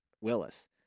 Willis